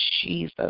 Jesus